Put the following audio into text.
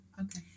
Okay